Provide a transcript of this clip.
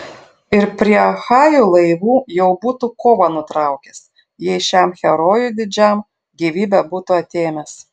ir prie achajų laivų jau būtų kovą nutraukęs jei šiam herojui didžiam gyvybę būtų atėmęs